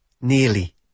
nearly